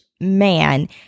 man